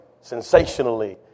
sensationally